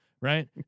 right